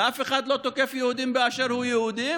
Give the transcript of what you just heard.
ושאף אחד לא תוקף יהודי באשר הוא יהודי,